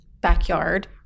backyard